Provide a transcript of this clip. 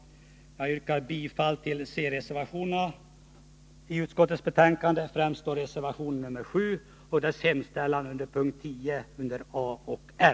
Jag yrkar bifall till centerreservationerna vid utskottets betänkande, främst reservation 7 och dess hemställan under p. 10 mom. a och Ir.